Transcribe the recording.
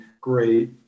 great